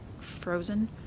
frozen